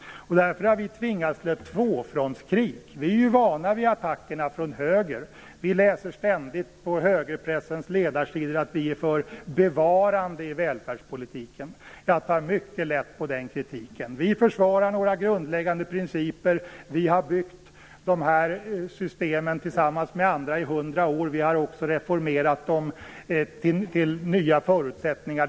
Därför har vi tvingats till ett tvåfrontskrig. Vi är vana vid attackerna från höger. Vi läser ständigt på högerpressens ledarsidor att vi är för ett bevarande när det gäller välfärdspolitiken. Jag tar mycket lätt på den kritiken. Vi försvarar några grundläggande principer. Vi har byggt de här systemen tillsammans med andra i hundra år. Vi har också reformerat dem efter nya förutsättningar.